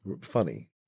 Funny